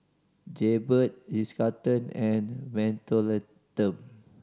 Jaybird Ritz Carlton and Mentholatum